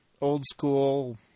old-school